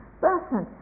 person